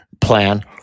plan